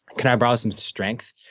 can i borrow some strength?